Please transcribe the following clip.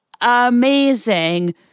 amazing